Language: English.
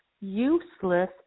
useless